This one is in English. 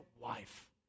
wife